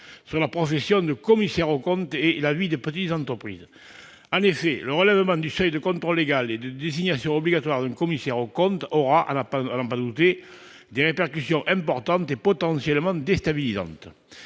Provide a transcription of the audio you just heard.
sur la profession de commissaire aux comptes et sur la vie des petites entreprises. En effet, le relèvement du seuil de contrôle légal et de désignation obligatoire d'un commissaire aux comptes aura, à n'en pas douter, des répercussions importantes et potentiellement déstabilisantes.